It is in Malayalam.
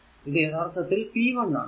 ഇത് യഥാർത്ഥത്തിൽ p 1 ആണ്